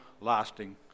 lasting